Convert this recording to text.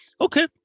Okay